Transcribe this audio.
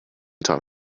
talk